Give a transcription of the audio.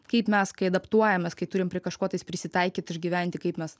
kaip mes kai adaptuojamės kai turim prie kažko tais prisitaikyt išgyventi kaip mes